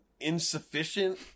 insufficient